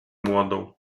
młodą